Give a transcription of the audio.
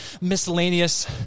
miscellaneous